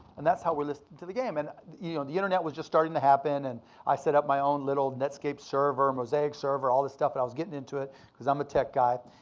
and that's how we listened to the game. and the the internet was just starting to happen. and i set up my own little netscape server, mosaic server, all this stuff. and i was getting into it cause i'm a tech guy.